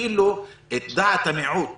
אפילו את דעת המיעוט